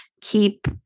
keep